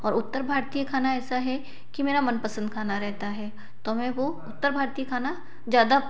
और उत्तर भारतीय खाना ऐसा है कि मेरा मनपसंद खाना रहता है तो मैं वो उत्तर भारतीय खाना ज़्यादा